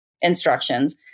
instructions